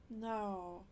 No